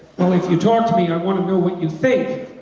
well if you talk to me i want to know what you think.